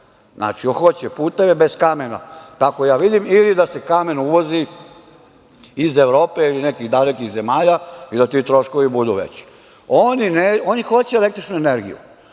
kamenolome. Hoće puteve bez kamena, tako ja vidim, ili da se kamen uvozi iz Evrope ili nekih dalekih zemalja i da ti troškovi budu veći. Oni hoće električnu energiju,